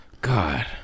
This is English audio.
God